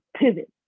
pivot